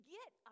Get